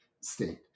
state